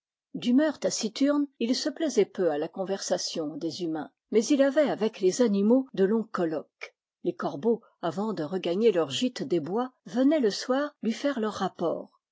d'humeur taci turne il se plaisait peu à la conversation des humains mais il avait avec les animaux de longs colloques les cor beaux avant de regagner leurs gîtes des bois venaient le soir lui faire leur rapport